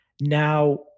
now